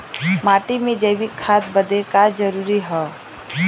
माटी में जैविक खाद बदे का का जरूरी ह?